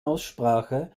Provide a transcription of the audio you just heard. aussprache